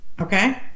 Okay